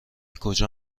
کجا